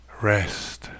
rest